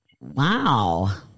Wow